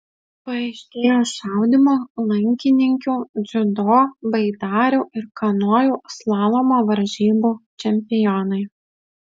paaiškėjo šaudymo lankininkių dziudo baidarių ir kanojų slalomo varžybų čempionai